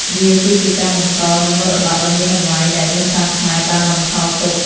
វាគឺជាការបន្តនូវមរតកដ៏មានតម្លៃដែលដូនតាខ្មែរបានបន្សល់ទុក។